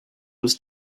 was